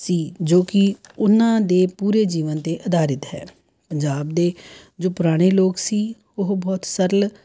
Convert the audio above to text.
ਸੀ ਜੋ ਕਿ ਉਹਨਾਂ ਦੇ ਪੂਰੇ ਜੀਵਨ 'ਤੇ ਅਧਾਰਿਤ ਹੈ ਪੰਜਾਬ ਦੇ ਜੋ ਪੁਰਾਣੇ ਲੋਕ ਸੀ ਉਹ ਬਹੁਤ ਸਰਲ